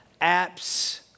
apps